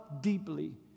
deeply